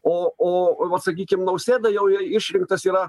o o vat sakykim nausėda jau išrinktas yra